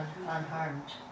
unharmed